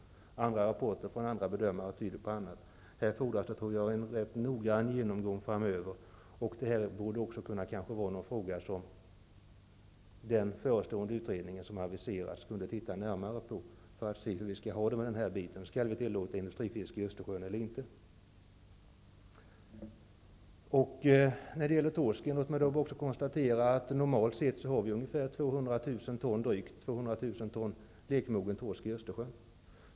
Andra rapporter från andra bedömare tyder på annat. Här fordras det, tror jag, en rätt noggrann genomgång framöver. Det här borde också kunna vara en fråga som den utredning som har aviserats kunde titta närmare på, för att se hur vi skall ha det: Skall vi tillåta industrifiske i Östersjön eller inte? Låt mig när det gäller torsken konstatera att vi normalt sett har ungefär drygt 200 000 ton lekmogen torsk i Östersjön.